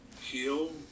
heal